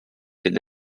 c’est